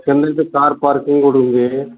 కిందైతే car parking కూడుంది